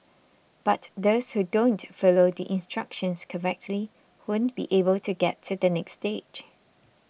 but those who don't follow the instructions correctly won't be able to get to the next stage